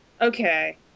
Okay